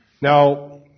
Now